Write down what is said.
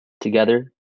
Together